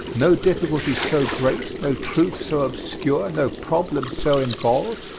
no difficulty so great, no truth so obscure, no problem so involved,